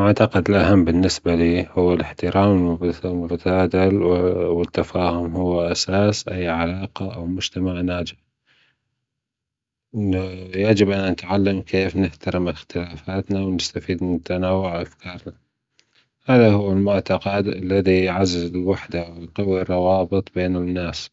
أعتقد الأهم بالنسبة ليا هو الأحترام المتبادل و التفاهم هو أساس أي علاقة وهو أساس أي مجتمع ناجح يجب أن تعلم كيف نحترم أختلافاتنا ونستفيد من تنوع أفكارنا هذا هو المعتقد الذي يعزز الوحدة ويقوي الروابط بين الناس